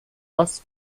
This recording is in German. was